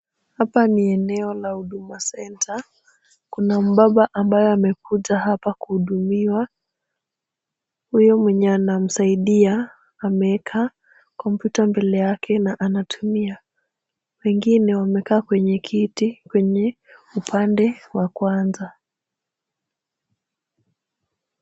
Hapa ni eneo la Huduma Center, kuna mbaba ambaye amekuja hapa kuhudumiwa, huyo mwenye anamsaidia ameweka kompyuta mbele yake na anatumia, wengine wamekaa kwenye kiti kwenye upande wa kwanza.